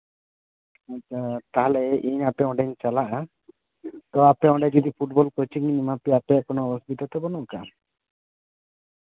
ᱟᱫᱚ ᱛᱟᱦᱞᱮ ᱤᱧ ᱟᱯᱮ ᱚᱸᱰᱤᱧ ᱪᱟᱞᱟᱜᱼᱟ ᱛᱚ ᱟᱯᱮ ᱚᱸᱰᱮ ᱡᱩᱫᱤ ᱯᱷᱩᱴᱵᱚᱞ ᱠᱳᱪᱤᱧ ᱮᱢᱟᱯᱮᱭᱟ ᱟᱯᱮᱭᱟᱜ ᱠᱳᱱᱳ ᱚᱥᱩᱵᱤᱛᱟ ᱛᱚ ᱵᱟ ᱱᱩᱜ ᱠᱟᱜᱼᱟ